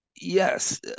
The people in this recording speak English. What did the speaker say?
yes